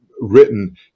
written